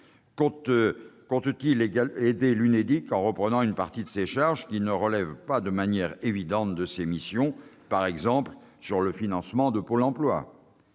Compte-t-il aider l'Unédic, en reprenant une partie de ses charges qui ne relèvent pas de manière évidente de ses missions, par exemple pour le financement de Pôle emploi ?